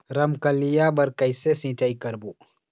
रमकलिया बर कइसे सिचाई करबो?